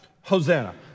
Hosanna